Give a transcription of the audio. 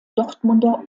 dortmunder